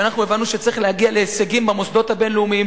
שאנחנו הבנו שצריך להגיע להישגים במוסדות הבין-לאומיים,